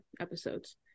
episodes